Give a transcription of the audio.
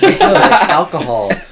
alcohol